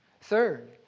Third